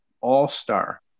all-star